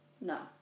No